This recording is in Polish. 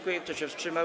Kto się wstrzymał?